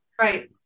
right